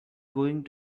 going